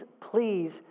please